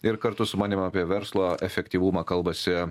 ir kartu su manim apie verslo efektyvumą kalbasi